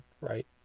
right